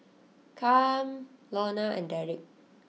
Cam Lona and Derick